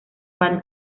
van